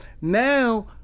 Now